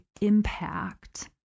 impact